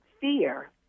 fear